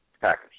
Packers